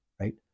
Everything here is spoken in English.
right